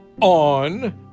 On